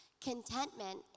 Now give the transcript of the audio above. Contentment